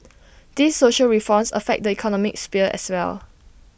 these social reforms affect the economic sphere as well